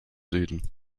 süden